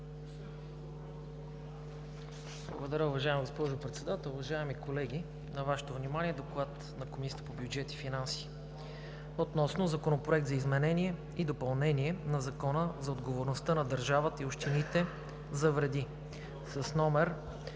Благодаря, уважаема госпожо Председател. Уважаеми колеги, на Вашето внимание е: „ДОКЛАД на Комисията по бюджет и финанси относно Законопроект за изменение и допълнение на Закона за отговорността на държавата и общините за вреди, №